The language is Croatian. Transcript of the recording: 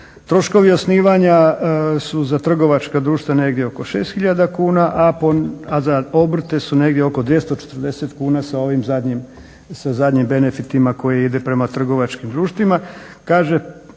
Troškovi osnivanja su za trgovačka društva negdje oko 6 hiljada kuna a za obrte su negdje oko 240 kuna sa ovim zadnjim, sa zadnjim benefitima koji idu prema trgovačkim društvima.